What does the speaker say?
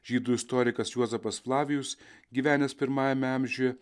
žydų istorikas juozapas flavijus gyvenęs pirmajame amžiuje